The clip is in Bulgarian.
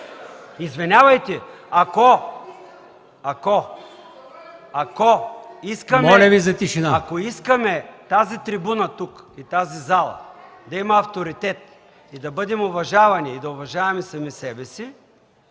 това? Ако искаме тази трибуна тук и тази зала да има авторитет, да бъдем уважавани и да уважаваме сами себе си,